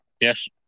Yes